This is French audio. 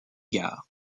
gares